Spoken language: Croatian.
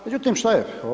Međutim šta je?